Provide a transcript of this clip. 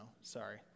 sorry